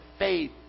Faith